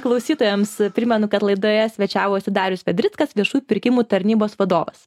klausytojams primenu kad laidoje svečiavosi darius vedrickas viešųjų pirkimų tarnybos vadovas